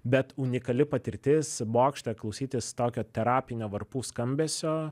bet unikali patirtis bokšte klausytis tokio terapinio varpų skambesio